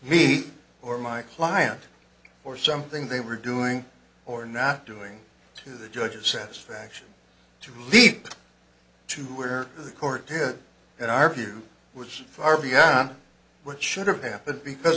me or my client or something they were doing or not doing to the judges satisfaction to leap to where the court did that our view was far beyond what should have happened because